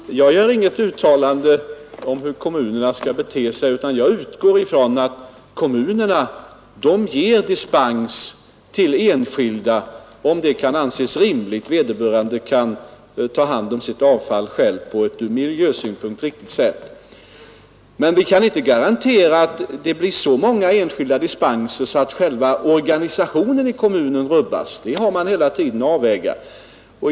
Herr talman! Jag gör inget uttalande om hur kommunerna skall bete sig, utan jag utgår från att kommunerna söker dispens för enskilda, om det kan anses rimligt och om vederbörande själv kan ta hand om sitt avfall på ett från miljösynpunkt riktigt sätt. Men vi kan inte acceptera att så många enskilda dispenser ges att själva organisationen i kommunen rubbas. Det har man hela tiden att avväga.